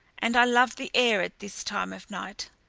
and i love the air at this time of night.